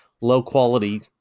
low-quality